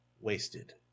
wasted